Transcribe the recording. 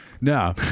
no